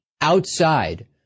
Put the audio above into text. outside